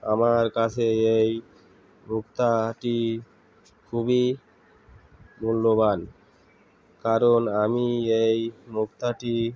আমার কাছে এই মুক্তাটি খুবই মূল্যবান কারণ আমি এই মুক্তাটি